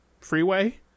freeway